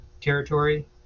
territory